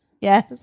Yes